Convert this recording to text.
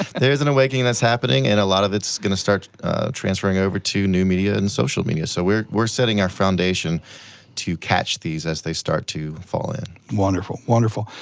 there is an awakening that's happening, and a lot of it's gonna start transferring over to new media and social media, so we're we're setting our foundation to catch these as they start to fall in. wonderful, wonderful.